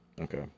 Okay